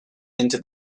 into